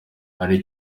hari